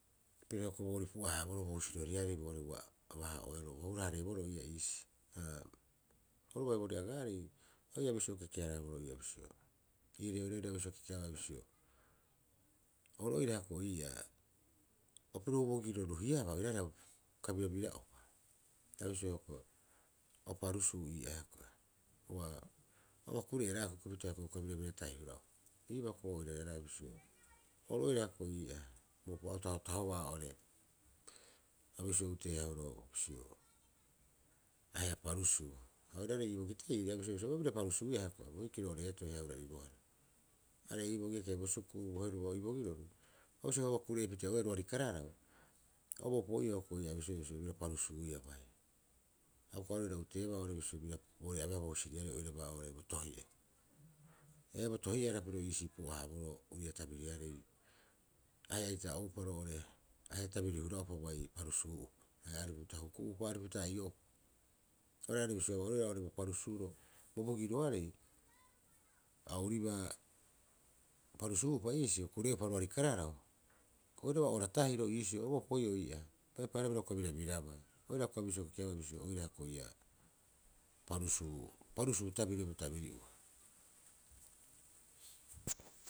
Piro hioko'i boorii pu'ahaaboroo bo husiroriarei boo'ore ua aba- haa'oeroo ua hura- hareeboroo iisii. Ha oru bai boore agaarei, o ia bisio kekeharaboro ii'oo bisio ii reoreori a bisio kekeabaa bisio oru oira hioko'i ii'aa opirobu bogiro ruhiabaa oiraareha uka birabira'upa, sa bisioau hioko'i, bo pasuu ii'aa hioko'i. Ua kure'eeraea akukupita hioko'i uka biabira tahii hura'opa. Iibaa hioko'i ua oirareraea bisio oru oira hioko'i ii'aa a boropa tahotahobaa hioko'i oo'ore a bisio utee haahuroo, ahe'a parusuu. Ha oiraarei ii bogiteiri a bsioea bisio o bira prusuuia hioko'i. Boikiro o reetoi haia a haribohara. Are'ei bogi, eke bo suku'u, eke bo heruba, o bisio heua aba'uia kure'eepite rooari kararau o bira paruusuuia hioko'i.